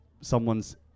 someone's